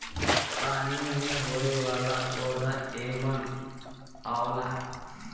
पानी में होये वाला पौधा एमन आवला